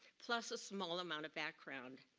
plus a small amount of background.